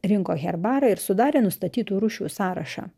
rinko herbarą ir sudarė nustatytų rūšių sąrašą